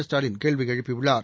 ஸ்டாலின் கேள்வி எழுப்பியுள்ளார்